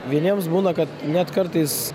vieniems būna kad net kartais